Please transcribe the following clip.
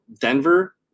Denver